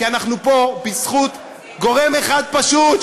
כי אנחנו פה בזכות גורם אחד פשוט,